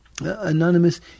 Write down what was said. anonymous